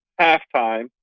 halftime